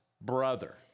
brother